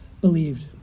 believed